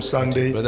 Sunday